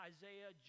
Isaiah